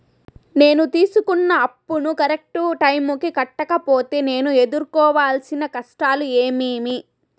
నేను తీసుకున్న అప్పును కరెక్టు టైముకి కట్టకపోతే నేను ఎదురుకోవాల్సిన కష్టాలు ఏమీమి?